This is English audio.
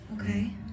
Okay